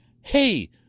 hey